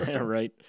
Right